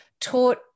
taught